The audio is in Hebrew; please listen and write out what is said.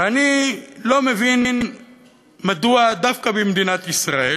ואני לא מבין מדוע דווקא במדינת ישראל,